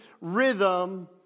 rhythm